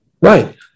Right